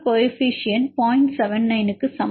79 க்கு சமம்